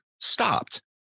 stopped